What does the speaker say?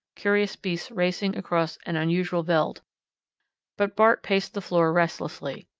curious beasts racing across an unusual veldt but bart paced the floor restlessly.